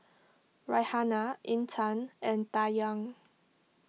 Raihana Intan and Dayang